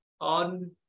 on